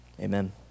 Amen